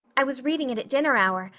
i was reading it at dinner hour,